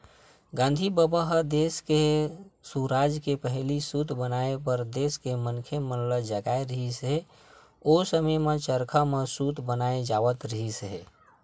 गांधी बबा ह देस के सुराजी के पहिली सूत बनाए बर देस के मनखे मन ल जगाए रिहिस हे, ओ समे म चरखा म सूत बनाए जावत रिहिस हे